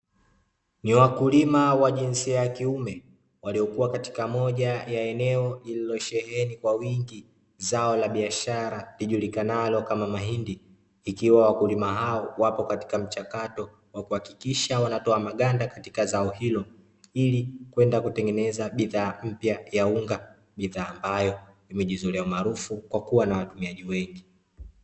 Ni wakulima wa jinsia ya kiume waliokuwa katika moja ya eneo lililosheheni kwa wingi zao la biashara lijulikanalo kama mahindi, ikiwa wakulima hao wapo katika mchakato wa kuhakikisha wanatoa maganda katika zao hilo ili kwenda kutengeneza bidhaa ya unga, bidhaa ambayo imejizolea umaarufu kwa kuwa na watumiaji wengi.